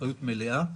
אחריות מלאה.